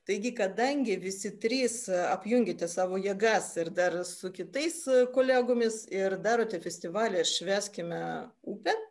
taigi kadangi visi trys apjungėte savo jėgas ir dar su kitais kolegomis ir darote festivalį švęskime upę